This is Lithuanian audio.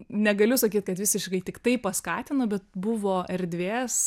negaliu sakyt kad visiškai tik tai paskatino bet buvo erdvės